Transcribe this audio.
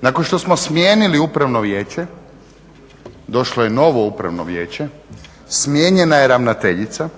Nakon što smo smijenili Upravno vijeće došlo je novo Upravno vijeće, smijenjena je ravnateljica,